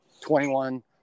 21